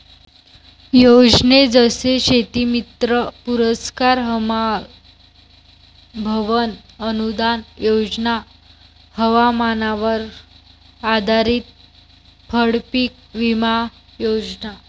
योजने जसे शेतीमित्र पुरस्कार, हमाल भवन अनूदान योजना, हवामानावर आधारित फळपीक विमा योजना